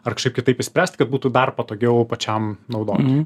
ar kažkaip kitaip išspręst kad būtų dar patogiau pačiam naudotojui